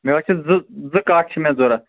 مےٚ حظ چھِ زٕ زٕ کَٹھ چھِ مےٚ ضروٗرت